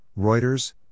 Reuters